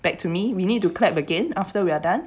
back to me we need to clap again after we are done